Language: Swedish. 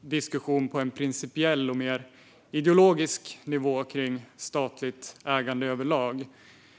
diskussion på en principiell och mer ideologisk nivå kring statligt ägande överlag.